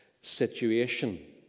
situation